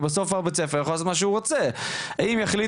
כי בסופו של דבר כל אחד יכול לעשות מה שהוא רוצה ואם יחליטו